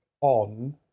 on